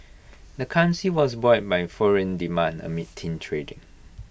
the currency was buoyed by foreign demand amid thin trading